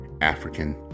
African